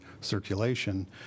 circulation